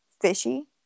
fishy